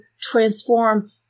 transform